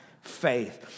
faith